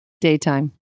Daytime